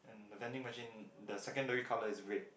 and the vending machine the secondary colour is red